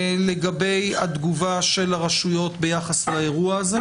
לגבי התגובה של הרשויות ביחס לאירוע הזה,